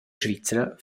svizra